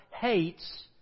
hates